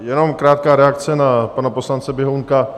Jenom krátká reakce na pana poslance Běhounka.